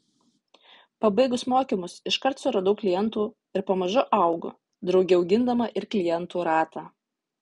pabaigus mokymus iškart susiradau klientų ir pamažu augu drauge augindama ir klientų ratą